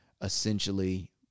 essentially